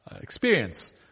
experience